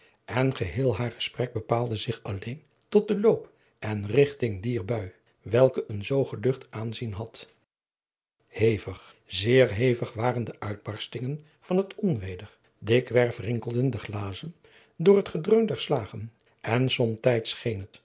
en geheel haar gesprek bepaalde zich alleen tot den loop en rigting dier bni welke een zoo geducht aanzien had hevig zeer hevig waren de uitbarstingen van het onweder dikwerf rinkelden de glazen door het gedreun der slagen en somtijds scheen het